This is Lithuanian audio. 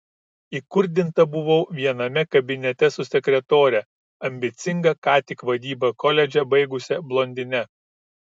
įkurdinta buvau viename kabinete su sekretore ambicinga ką tik vadybą koledže baigusia blondine